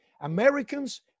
Americans